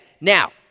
Now